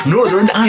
Northern